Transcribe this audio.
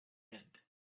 end